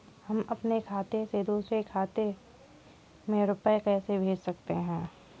हम अपने खाते से दूसरे के खाते में रुपये कैसे भेज सकते हैं?